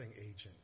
agent